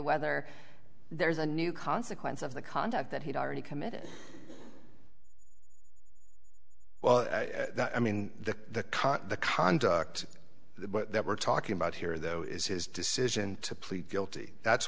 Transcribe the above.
whether there's a new consequence of the conduct that had already committed well i mean the cot the conduct that we're talking about here though is his decision to plead guilty that's